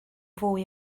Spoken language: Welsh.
fwy